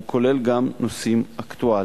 והוא כולל גם נושאים אקטואליים.